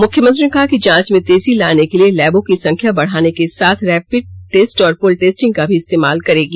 मुख्यमंत्री ने कहा कि जांच में तेजी लाने के लिए लैबों की संख्या बढ़ाने के साथ रैपिड टेस्ट और पुल टेस्टिंग का भी इस्तेमाल करेगी